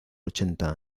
ochenta